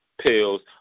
pills